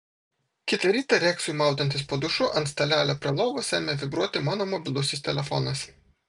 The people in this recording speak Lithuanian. kitą rytą reksui maudantis po dušu ant stalelio prie lovos ėmė vibruoti mano mobilusis telefonas